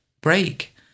break